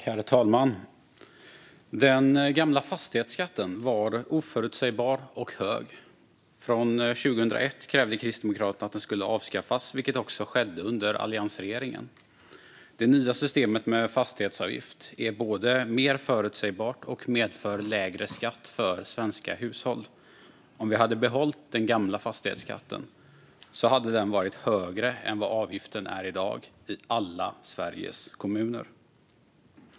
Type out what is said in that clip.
Herr talman! Den gamla fastighetsskatten var oförutsägbar och hög. Sedan 2001 har Kristdemokraterna krävt att den ska avskaffas, vilket också skedde under alliansregeringen. Det nya systemet med fastighetsavgift är både mer förutsägbart och medför lägre skatt för svenska hushåll. Om den gamla fastighetsskatten hade behållits hade den varit högre än vad avgiften är i dag i alla Sveriges kommuner.